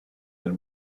del